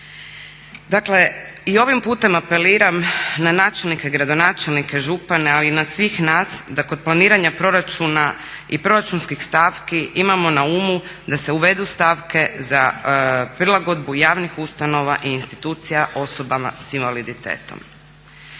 Dakle i ovim putem apeliram na načelnike i gradonačelnike, župane ali i na sve nas da kod planiranja proračuna i proračunskih stavki imamo na umu da se uvedu stavke za prilagodbu javnih ustanova i institucija osobama sa invaliditetom.